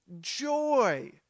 joy